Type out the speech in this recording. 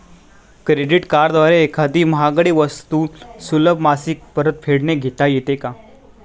Credit कार्डद्वारे एखादी महागडी वस्तू सुलभ मासिक परतफेडने घेता येते का?